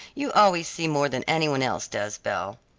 you always see more than any one else does, belle.